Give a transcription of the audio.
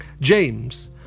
James